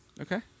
Okay